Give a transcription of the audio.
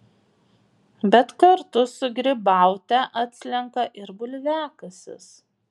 bet kartu su grybaute atslenka ir bulviakasis